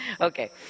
okay